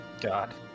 God